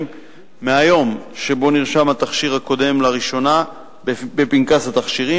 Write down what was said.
מהיום שבו נרשם התכשיר הקודם לראשונה בפנקס התכשירים,